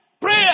Prayer